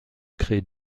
créer